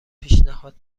پیشنهاد